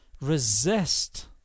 resist